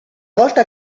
volta